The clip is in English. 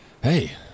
Hey